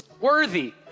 worthy